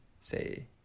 say